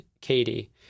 Katie